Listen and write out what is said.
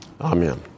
Amen